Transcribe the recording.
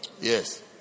Yes